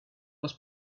was